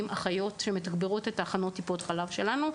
לתגבר באחיות את תחנות טיפות חלב שלנו.